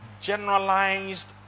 generalized